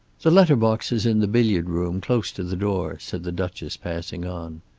the letter-box is in the billiard-room, close to the door, said the duchess passing on.